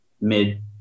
mid